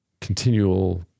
continual